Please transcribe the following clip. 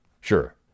sure